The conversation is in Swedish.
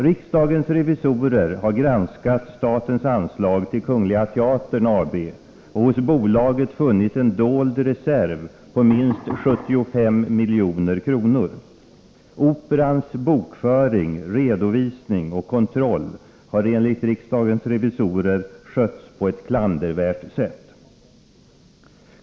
Riksdagens revisorer har granskat statens anslag till Kungliga Teatern AB och hos bolaget funnit en dold reserv på minst 75 milj.kr. Operans bokföring, redovisning och kontroll har enligt riksdagens revisorer skötts på ett klandervärt sätt.